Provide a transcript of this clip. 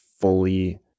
fully